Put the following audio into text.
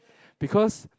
because